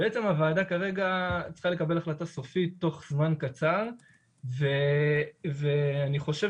בעצם הוועדה כרגע צריכה לקבל החלטה סופית תוך זמן קצר ואני חושב